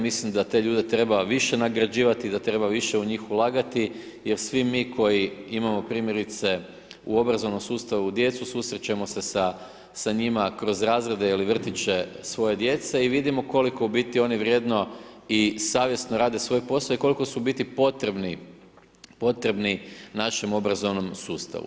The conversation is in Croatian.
Mislim da te ljude treba više nagrađivati, da treba više u njih ulagati jer svi mi koji imamo primjerice u obrazovnom sustavu djecu, susrećemo se sa njima kroz razrede ili vrtiće svoje djece i vidimo u biti koliko oni vrijedno i savjesno rade svoj posao i koliko su u biti potrebni našem obrazovnom sustavu.